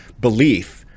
belief